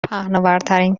پهناورترین